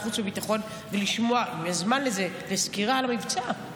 חוץ וביטחון ולשמוע סקירה על המבצע,